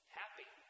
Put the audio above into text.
happy